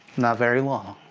not very long.